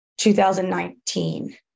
2019